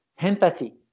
empathy